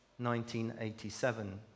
1987